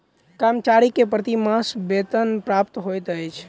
कर्मचारी के प्रति मास वेतन प्राप्त होइत अछि